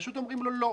פשוט אומרים לו לא.